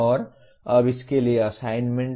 और अब इसके लिए असाइनमेंट